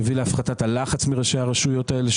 יוביל להפחתת הלחץ מראשי הרשויות האלה.